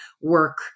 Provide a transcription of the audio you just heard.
work